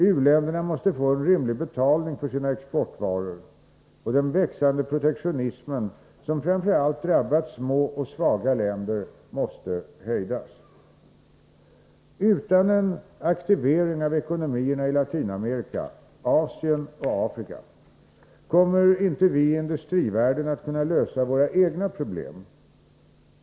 U-länderna måste få en rimlig betalning för sina exportvaror, och den växande protektionismen, som framför allt drabbat små och svaga länder, måste hejdas. Utan en aktivering av ekonomierna i Latinamerika, Asien och Afrika kommer inte vi i industrivärlden att kunna lösa våra egna problem.